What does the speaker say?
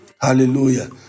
Hallelujah